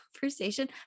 conversation